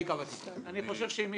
אני אשמח אם תחזור בך.